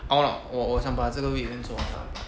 I want 我我想把这个 weekend 做完他